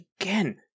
again